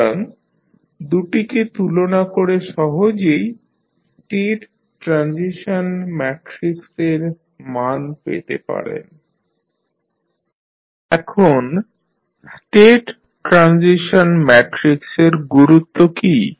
সুতরাং দুটিকে তুলনা করে সহজেই স্টেট ট্রানজিশন ম্যাট্রিক্সের মান পেতে পারেন tL 1sI A 1 এখন স্টেট ট্রানজিশন ম্যাট্রিক্সের গুরুত্ব কী